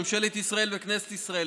ממשלת ישראל וכנסת ישראל,